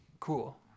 Cool